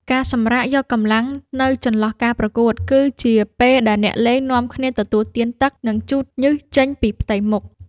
ការសម្រាកយកកម្លាំងនៅចន្លោះការប្រកួត គឺជាពេលដែលអ្នកលេងនាំគ្នាទទួលទានទឹក និងជូតញើសចេញពីផ្ទៃមុខ។